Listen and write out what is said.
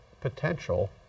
potential